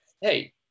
hey